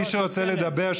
מי שרוצה לדבר,